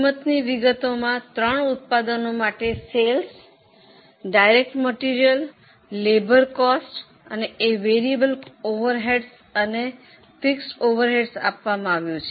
કિંમતની વિગતોમાં ત્રણ ઉત્પાદનો માટે વેચાણ માલ સામાન મજૂર ખર્ચ ચલિત પરોક્ષ અને સ્થિર પરોક્ષ આપવામાં આવ્યું છે